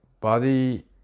body